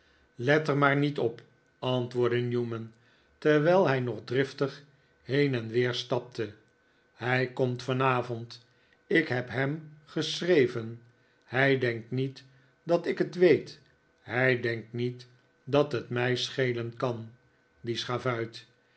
let er maar niet op antwoordde newman terwijl hij nog driftig heen en weer stapte hij komt vanavond ik heb hem geschreven hij denkt niet dat ik het weet hij denkt niet dat het mij schelen kan die schavuit